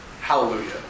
Hallelujah